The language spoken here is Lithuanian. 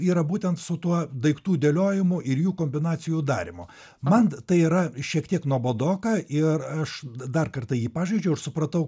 yra būtent su tuo daiktų dėliojimu ir jų kombinacijų darymu man tai yra šiek tiek nuobodoka ir aš dar kartą jį pažaidžiau ir supratau